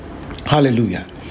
Hallelujah